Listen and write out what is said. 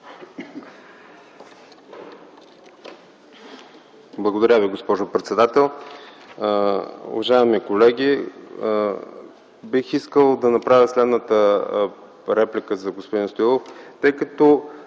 Благодаря Ви, госпожо председател. Уважаеми колеги, бих искал да направя следната реплика към господин Стоилов, тъй като